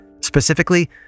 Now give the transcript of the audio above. specifically